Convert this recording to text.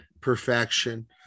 perfection